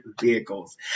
vehicles